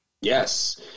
Yes